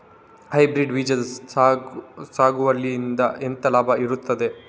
Hybrid ಬೀಜದ ಸಾಗುವಳಿಯಿಂದ ಎಂತ ಲಾಭ ಇರ್ತದೆ?